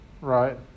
right